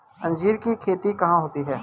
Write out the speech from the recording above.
अंजीर की खेती कहाँ होती है?